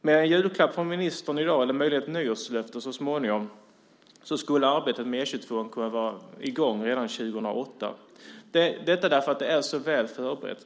Med en julklapp från ministern i dag, eller möjligen ett nyårslöfte så småningom, skulle arbetet med E 22:an kunna vara i gång redan 2008 för att det är så väl förberett.